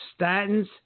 Statins